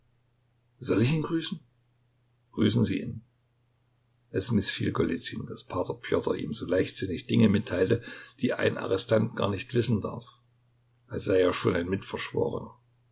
soll ich ihn grüßen grüßen sie ihn es mißfiel golizyn daß p pjotr ihm so leichtsinnig dinge mitteilte die ein arrestant gar nicht wissen darf als sei er schon ein mitverschworener